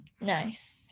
Nice